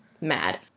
mad